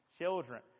children